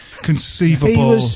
conceivable